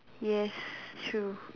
yes true